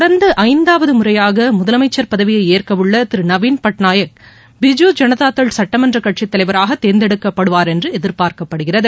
தொடர்ந்து ஐந்தாவது முறையாக முதலமைச்சர் பதவியை ஏற்கவுள்ள திரு நவீன் பட்நாயக் பிஜு ஜனதாதள் சட்டமன்ற கட்சித் தலைவராக தேர்ந்தெடுக்கப்படுவார் என்று எதிர்பார்க்கப்படுகிறது